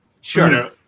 Sure